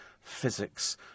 Physics